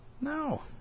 No